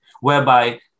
whereby